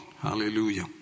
Hallelujah